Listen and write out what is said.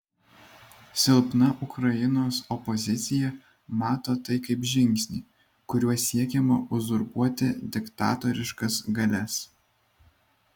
silpna ukrainos opozicija mato tai kaip žingsnį kuriuo siekiama uzurpuoti diktatoriškas galias